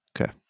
Okay